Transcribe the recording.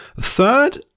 third